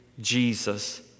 Jesus